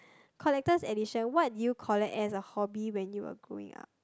collectors edition what did you collect as a hobby when you were growing up